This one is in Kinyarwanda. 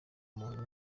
muntu